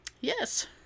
Yes